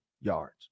yards